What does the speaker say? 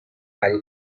هری